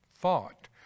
thought